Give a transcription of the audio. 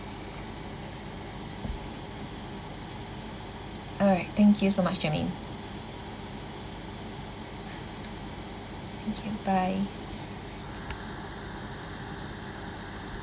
alright thank you so much germaine thank you bye